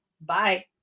Bye